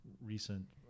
recent